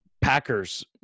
Packers